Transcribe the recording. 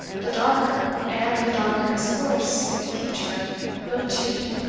the darker and the darker his course in the future looked to him.